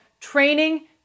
training